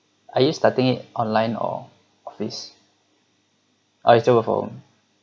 are you starting it online or office oh you still work from home